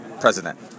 president